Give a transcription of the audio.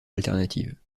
alternative